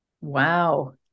Wow